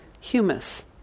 humus